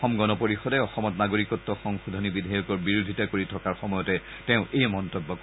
অসম গণ পৰিষদে অসমত নাগৰিকত্ব সংশোধনী বিধেয়কৰ বিৰোধিতা কৰি থকাৰ সময়তে তেওঁ এই মন্তব্য কৰে